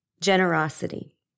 generosity